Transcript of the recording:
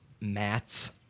Mats